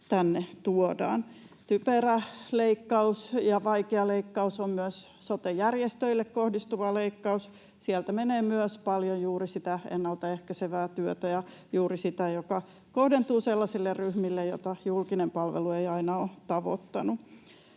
tänne tuodaan. Typerä leikkaus ja vaikea leikkaus on myös sote-järjestöille kohdistuva leikkaus. Sieltä menee myös paljon juuri ennaltaehkäisevää työtä ja juuri sitä, joka kohdentuu sellaisille ryhmille, joita julkinen palvelu ei aina ole tavoittanut.